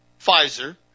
Pfizer